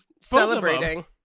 celebrating